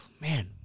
man